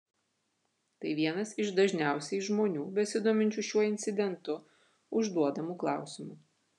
tai vienas iš dažniausiai žmonių besidominčiu šiuo incidentu užduodamų klausimų